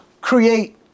create